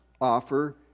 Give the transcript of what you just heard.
offer